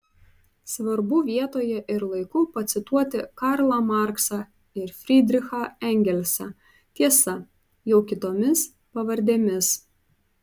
svarbu vietoje ir laiku pacituoti karlą marksą ir frydrichą engelsą tiesa jau kitomis pavardėmis